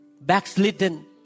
Backslidden